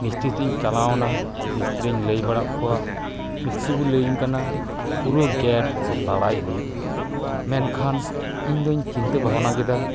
ᱢᱤᱥᱛᱨᱤ ᱴᱷᱮᱱ ᱤᱧ ᱪᱟᱞᱟᱣ ᱮᱱᱟ ᱢᱤᱥᱛᱨᱤᱧ ᱞᱟᱹᱭ ᱵᱟᱲᱟ ᱟᱫ ᱠᱚᱣᱟ ᱢᱤᱥᱛᱨᱤ ᱠᱚ ᱞᱟᱹᱭ ᱟᱹᱧ ᱠᱟᱱᱟ ᱯᱩᱨᱟᱹ ᱜᱮᱴ ᱞᱟᱲᱟᱭ ᱦᱩᱭᱩᱜᱼᱟ ᱢᱮᱱᱠᱷᱟᱱ ᱤᱧᱫᱩᱧ ᱪᱤᱱᱛᱟᱹ ᱵᱷᱟᱵᱱᱟ ᱠᱮᱫᱟ